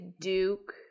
Duke